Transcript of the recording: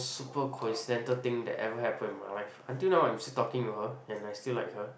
super coincidental thing that ever happen in my life until now I'm still talking to her and I still like her